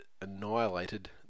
annihilated